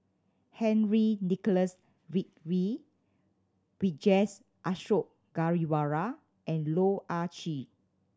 Henry Nicholas Ridley Vijesh Ashok Ghariwala and Loh Ah Chee